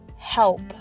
help